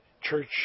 church